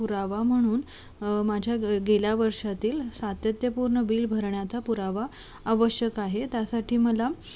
पुरावा म्हणून माझ्या ग गेल्या वर्षातील सातत्यपूर्ण बिल भरण्याचा पुरावा आवश्यक आहे त्यासाठी मला